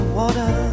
water